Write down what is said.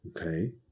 Okay